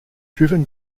driven